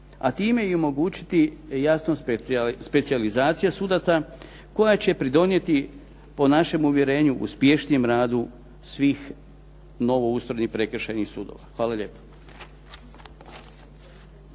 a time i omogućiti jasno specijalizaciju sudaca koja će pridonijeti, po našem uvjerenju, uspješnijem radu svih novo ustrojenih prekršajnih sudova. Hvala lijepo.